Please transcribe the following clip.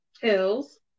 Hills